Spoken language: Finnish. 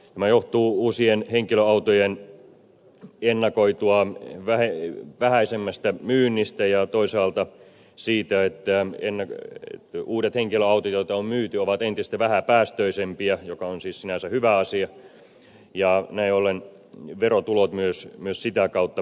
tämä johtuu uusien henkilöautojen ennakoitua vähäisemmästä myynnistä ja toisaalta siitä että uudet henkilöautot joita on myyty ovat entistä vähäpäästöisempiä mikä on siis sinänsä hyvä asia ja näin ollen verotulot myös sitä kautta pienenevät